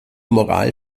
moral